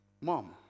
Mom